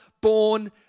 born